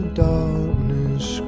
darkness